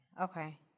Okay